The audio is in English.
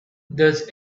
does